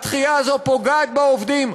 הדחייה הזאת פוגעת בעובדים,